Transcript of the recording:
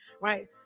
right